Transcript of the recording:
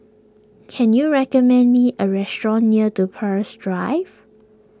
can you recommend me a restaurant near do Peirce Drive